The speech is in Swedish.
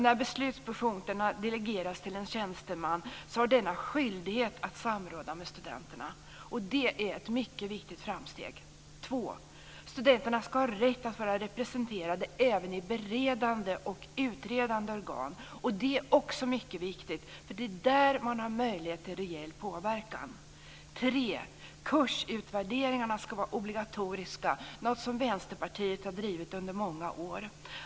När beslutsfunktionerna delegeras till en tjänsteman har denne skyldighet att samråda med studenterna. Det är ett mycket viktigt framsteg. Studenterna ska ha rätt att vara representerade även i beredande och utredande organ. Det är också mycket viktigt. Det är där man har möjlighet till rejäl påverkan. Kursutvärderingarna ska vara obligatoriska. Det är något som Vänsterpartiet har drivit under många år.